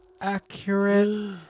accurate